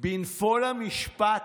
בנפול מבצר המשפט,